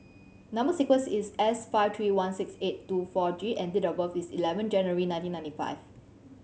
number sequence is S five three one six eight two four G and date of birth is eleven January nineteen ninety five